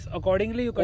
Accordingly